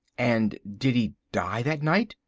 and did he die that night?